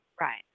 Right